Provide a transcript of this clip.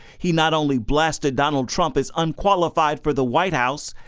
he not only blasted donald trump as unqualified for the white house,